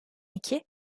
iki